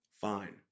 Fine